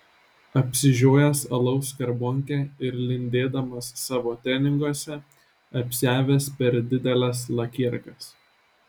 apsižiojęs alaus skarbonkę ir lindėdamas savo treninguose apsiavęs per dideles lakierkas